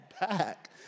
back